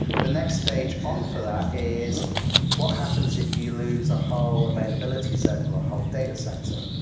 the next stage on for that is what happens if you lose a whole availability zone or ah whole data center?